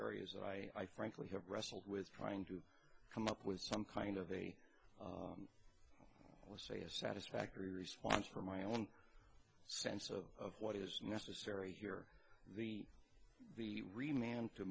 areas that i frankly have wrestled with trying to come up with some kind of a let's say a satisfactory response from my own sense of what is necessary here the the